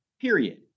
period